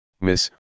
miss